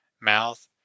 mouth